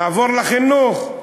נעבור לחינוך.